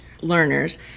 learners